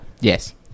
Yes